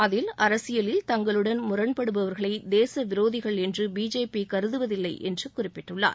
அதில் அரசியலில் தங்களுடன் முரண்படுபவர்களை தேச விரோதிகள் என்று பிஜேபி கருதுவதில்லை என்று குறிப்பிட்டுள்ளார்